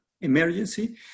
emergency